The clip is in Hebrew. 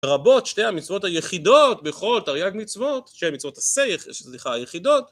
רבות שתי המצוות היחידות בכל תרי"ג מצוות שהן מצוות היחידות